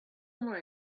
more